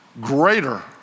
greater